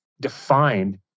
defined